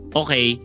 okay